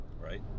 right